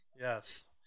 Yes